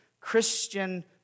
Christian